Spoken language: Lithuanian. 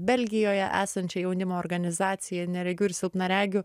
belgijoje esančia jaunimo organizacija neregių ir silpnaregių